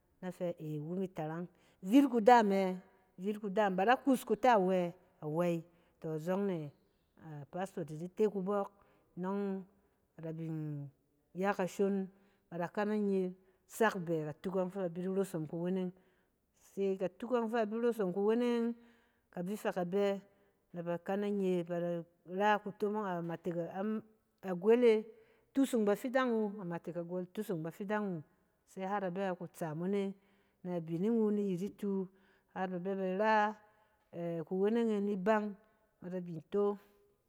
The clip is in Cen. Na fɛ ey, iwu ni tarang vit kudaam ɛ? Vit kudaam, ba da kus kuta wɛ? Awey tↄ azↄng ne a pastor da di te kubↄk nↄng ada bin ya kashon ada kane nye sak bɛ atut e ↄng fɛ abi rosom kuweeng, ka bi fɛ ka bɛ, nɛ ba kana nye ba da ra kutomong, a matek am-a gwel e, tusung bafidang wu, a matek agwel tusung bafidang wu, so har abɛ ku tsɛ mone ne bining wu ni yit itu, har ba bɛ be ra kuweneng e ni bang ba bin to.